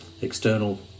external